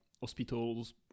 hospitals